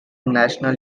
national